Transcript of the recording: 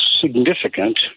significant